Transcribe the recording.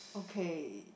okay